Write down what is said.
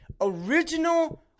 original